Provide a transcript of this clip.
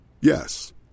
Yes